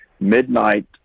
Midnight